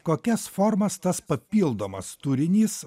kokias formas tas papildomas turinys